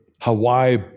Hawaii